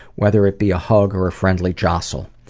whether it be a hug or a friendly jostle.